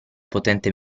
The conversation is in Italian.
potente